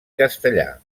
castellà